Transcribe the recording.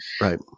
right